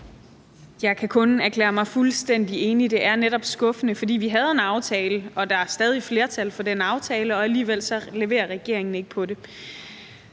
Jeg kan kun erklære mig fuldstændig enig. Det er netop skuffende, for vi havde en aftale, og der er stadig et flertal for den aftale, og alligevel leverer regeringen ikke på det.